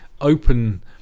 open